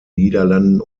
niederlanden